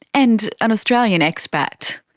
and an australian expat.